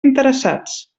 interessats